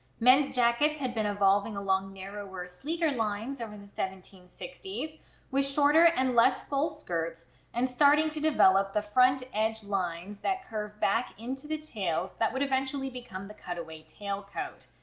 men's jackets had been evolving along narrower, sleeker lines over the seventeen sixty s with shorter and less full skirts and starting to develop the front edge lines that curve back into the tails that would eventually become the cutaway tail coat.